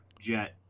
Jet